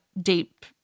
deep